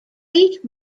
eight